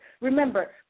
Remember